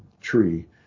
tree